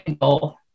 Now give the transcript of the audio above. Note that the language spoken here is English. goal